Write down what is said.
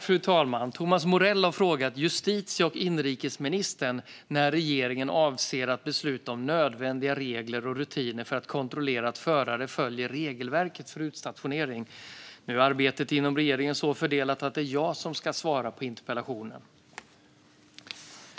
Fru talman! Thomas Morell har frågat justitie och inrikesministern när regeringen avser att besluta om nödvändiga regler och rutiner för att kontrollera att förare följer regelverket för utstationering. Arbetet inom regeringen är så fördelat att det är jag som ska svara på interpellationen.